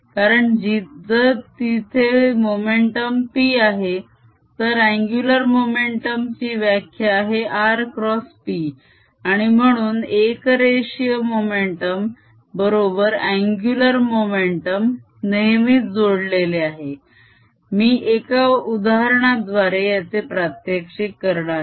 कारण जर तिथे मोमेंटम p आहे तर अन्गुलर मोमेंटम ची व्याख्या आहे r क्रॉस p आणि म्हणून एकरेषीय मोमेंटम बरोबर अन्गुलर मोमेंटम नेहमीच जोडलेले आहे मी एका उदाहरणाद्वारे याचे प्रात्यक्षिक करणार आहे